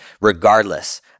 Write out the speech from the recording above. regardless